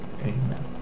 Amen